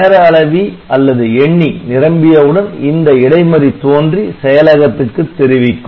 நேர அளவி அல்லது எண்ணி நிரம்பியவுடன் இந்த இடைமறி தோன்றி செயலகத்துக்கு தெரிவிக்கும்